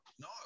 No